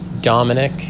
Dominic